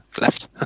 left